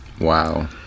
Wow